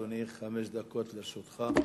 בבקשה, אדוני, חמש דקות לרשותך.